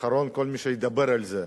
כל מי שידבר ידבר על זה.